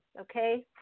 Okay